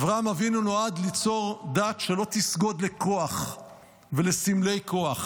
אברהם אבינו נועד ליצור דת שלא תסגוד לכוח ולסמלי כוח,